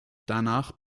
danach